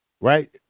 right